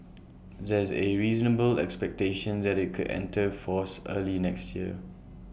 there's A reasonable expectation that IT could enter force early next year